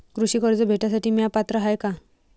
कृषी कर्ज भेटासाठी म्या पात्र हाय का?